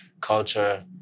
culture